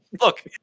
look